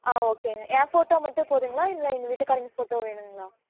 ஆ ஓகேங்க என் ஃபோட்டோ மட்டும் போதும்ங்களா இல்லை எங்கள் வீட்டுக்காரங்க ஃபோட்டோவும் வேணும்ங்களா